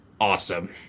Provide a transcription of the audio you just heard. awesome